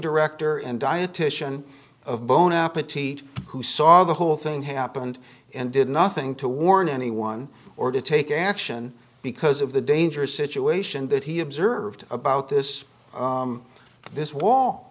director and dietician of boehner who saw the whole thing happened and did nothing to warn anyone or to take action because of the dangerous situation that he observed about this this wall